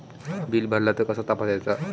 Bill भरला तर कसा तपसायचा?